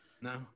No